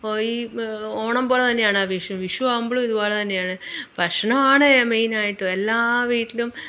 ഇപ്പോൾ ഈ ഓണം പോലെ തന്നെയാണ് വിഷു വിഷു ആകുമ്പോഴും ഇതുപോലെ തന്നെയാണ് ഭക്ഷണം ആണ് മെയിനായിട്ട് എല്ലാ വീട്ടിലും